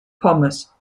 pommes